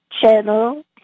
channel